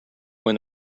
when